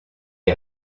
est